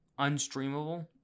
unstreamable